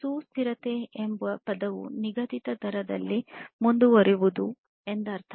ಸುಸ್ಥಿರತೆ ಎಂಬ ಪದವು ನಿಗದಿತ ದರದಲ್ಲಿ ಮುಂದುವರಿಯುವುದು ಎಂದರ್ಥ